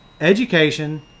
education